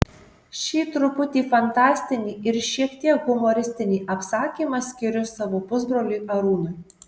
šį truputį fantastinį ir šiek tiek humoristinį apsakymą skiriu savo pusbroliui arūnui